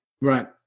Right